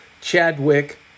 Chadwick